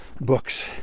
books